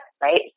right